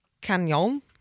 canyon